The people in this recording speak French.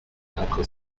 après